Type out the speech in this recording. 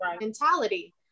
mentality